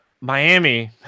miami